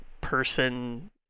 person